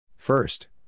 First